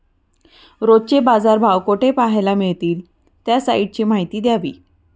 रोजचे बाजारभाव कोठे पहायला मिळतील? त्या साईटची माहिती द्यावी